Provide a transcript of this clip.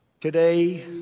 Today